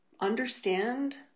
understand